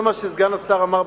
זה מה שסגן השר אמר,